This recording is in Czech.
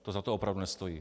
To za to opravdu nestojí.